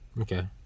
Okay